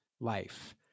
life